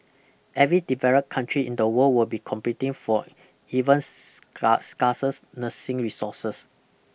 every developed country in the world will be competing for even scarce scarces nursing resources